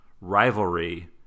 rivalry